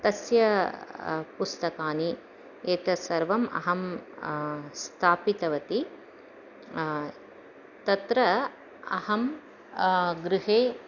तस्य पुस्तकानि एतत् सर्वम् अहं स्थापितवती तत्र अहं गृहे